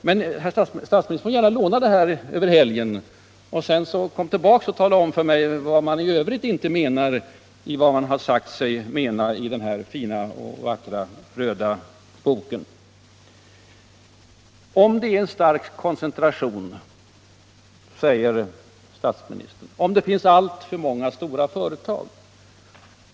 Herr statsministern får gärna låna det här exemplaret över helgen och sedan komma tillbaka och tala om för mig vad man i övrigt inte menar i vad man har sagt sig mena i den här fina, vackra röda boken. Statsministern talar om en stark koncentration.